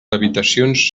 habitacions